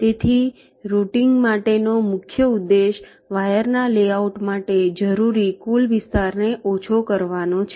તેથી રૂટીંગ માટેનો મુખ્ય ઉદ્દેશ વાયરના લેઆઉટ માટે જરૂરી કુલ વિસ્તારને ઓછો કરવાનો છે